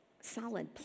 solid